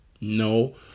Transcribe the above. no